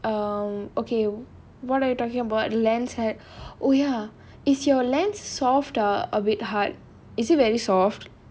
um okay what are you talking about lens and oh ya is your lens soft or a bit hard is it very soft